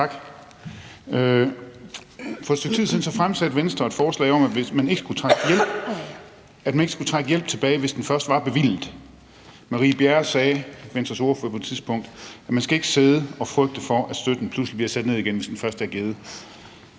For et stykke tid siden fremsatte Venstre et forslag om, at man ikke skulle trække en hjælp tilbage, hvis den først var bevilget. Marie Bjerre, Venstres ordfører på det tidspunkt, sagde, at man ikke skal sidde og frygte for, at støtten pludselig igen bliver sat ned, hvis den først er givet.